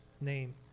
name